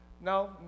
No